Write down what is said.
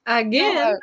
again